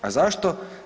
A zašto?